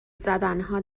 زدنها